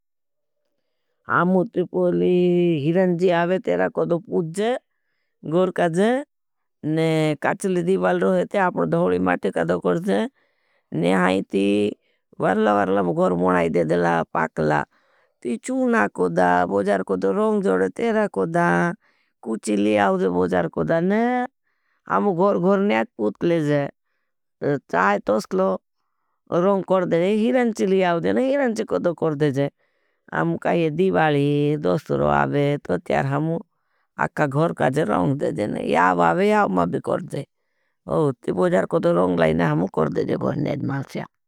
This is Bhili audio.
मुझे समकतवता है, हीरन जी आवे तेरा कोड़ो पुछ जे, गोर कर जे, ने काचली दीबाल रोहे थे। आपने धोली माट कड़ो कर जे, ने हाई ती वरला वरला गोर मनाई दे देला, पाकला। टी चूना कोड़ा, बॉझर कदो रोंग जोड़े, तेरा क़ोधा, कुची लीआओजे, बॉझर कोड़ा, ने अम्म गोर गोर ने अप पूतलेजे। चाहे तोसलो, रोंग कर जे, हीरन ची लीआओजे, हीरंची कोई तो कर देजे आम कहा ये दीवाली। दोस्तरो आवे तो त्यार हमु अक्का घर काथे रौंग देजे ने याव आवे याव मां भी कर दे । ती बोजार कोई तो रौंग लाई ने हमु कर देजे घर नेजमाल स्याम।